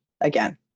again